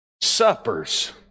suppers